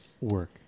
work